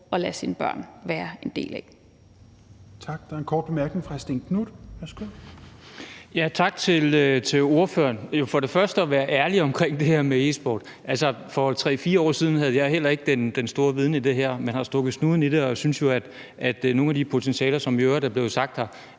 at lade ens børn være en del af.